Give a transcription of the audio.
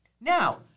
now